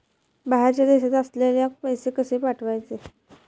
बाहेरच्या देशात असलेल्याक पैसे कसे पाठवचे?